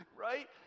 right